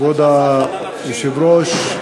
כבוד היושב-ראש,